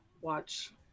watch